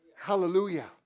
Hallelujah